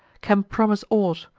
can promise aught,